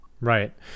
Right